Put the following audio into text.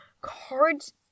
cards